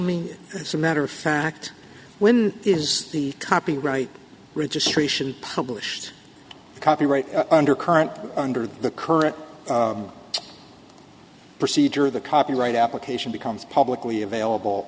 it's a matter of fact when is the copyright registration published copyright under current under the current procedure the copyright application becomes publicly available